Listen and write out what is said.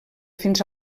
fins